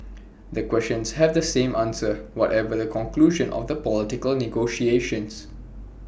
the questions have the same answer whatever the conclusion of the political negotiations